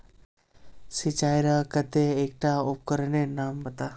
सिंचाईर केते एकटा उपकरनेर नाम बता?